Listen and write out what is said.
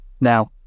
Now